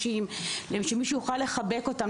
שמישהו יוכל לחבק אותם,